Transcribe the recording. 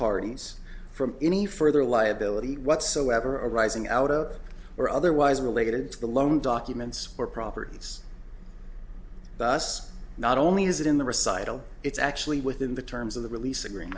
parties from any further liability whatsoever arising out of or otherwise related to the loan documents or properties bus not only is it in the recital it's actually within the terms of the release agree